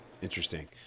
Interesting